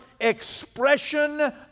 expression